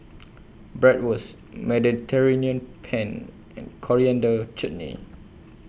Bratwurst Mediterranean Penne and Coriander Chutney